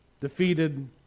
defeated